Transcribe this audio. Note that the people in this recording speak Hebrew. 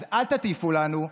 אז אל תטיפו לנו,